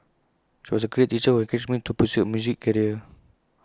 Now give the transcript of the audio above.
she was A great teacher who encouraged me to pursue A music career